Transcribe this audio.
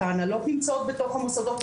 ההנהלות נמצאות בתוך המוסדות,